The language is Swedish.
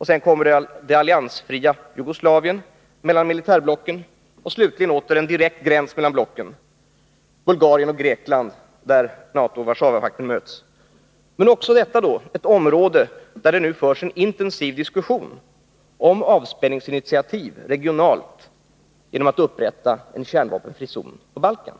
Så kommer det alliansfria Jugoslavien mellan militärblocken. Och slutligen finns åter en direkt gräns mellan blocken: Bulgarien och Grekland, där NATO och Warszawapakten möts. Men också detta är ett område där det nu förs en intensiv diskussion om regionala initiativ för upprättande av en kärnvapenfri zon på Balkan.